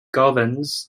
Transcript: governs